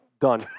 Done